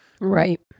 Right